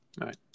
Right